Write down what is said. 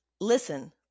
Listen